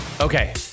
Okay